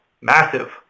massive